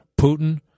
Putin